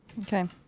Okay